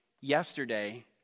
yesterday